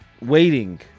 waiting